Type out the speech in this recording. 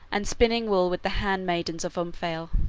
and spinning wool with the hand-maidens of omphale,